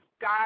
God